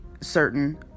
certain